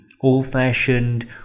old-fashioned